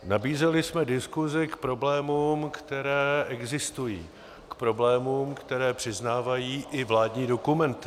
Nabízeli jsme diskuzi k problémům, které existují, k problémům, které přiznávají i vládní dokumenty.